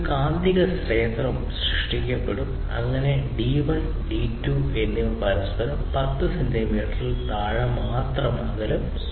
കാന്തികക്ഷേത്രം സൃഷ്ടിക്കപ്പെടും അങ്ങനെ D1 D2 എന്നിവ പരസ്പരം 10 സെന്റിമീറ്ററിൽ താഴെ അകലെ സൂക്ഷിക്കുന്നു